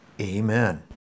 Amen